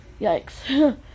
Yikes